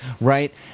right—